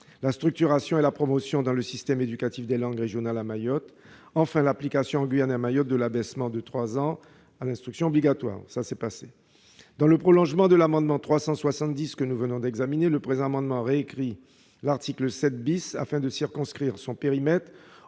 la structuration et la promotion dans le système éducatif des langues régionales à Mayotte et, enfin, l'application en Guyane et à Mayotte de l'abaissement à 3 ans de l'âge de l'instruction obligatoire. Dans le prolongement de l'amendement n° 370 que nous venons d'examiner, cet amendement vise à récrire l'article 7 afin de circonscrire son périmètre